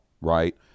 right